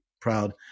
proud